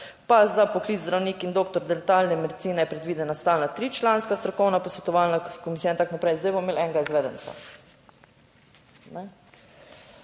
pa za poklic zdravnik in doktor dentalne medicine je predvidena stalna tričlanska strokovna posvetovalna komisija in tako naprej. Zdaj bomo imeli enega izvedenca